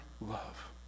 love